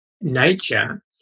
nature